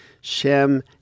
Shem